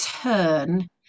turn